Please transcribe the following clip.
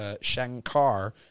Shankar